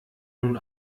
nun